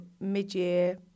mid-year